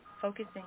focusing